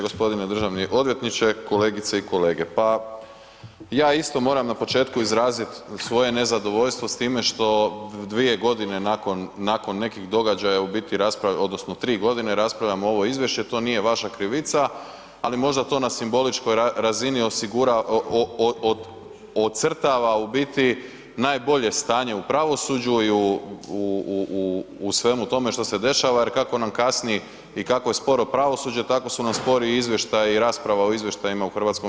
Gospodine državni odvjetniče, kolegice i kolege, pa ja isto moram na početku izraziti svoje nezadovoljstvo s time što dvije godine nakon nekih događaja u biti raspravljamo odnosno tri godine raspravljamo ovo izvješće, to nije vaša krivica, ali možda to na simboličkoj razini osigura, ocrtava u biti najbolje stanje u pravosuđu i u svemu tome što se dešava jer kako nam kasni i kako je sporo pravosuđe tako su nam spori i izvještaji i rasprava o izvještajima u HS.